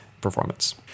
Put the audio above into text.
performance